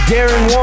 Darren